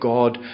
God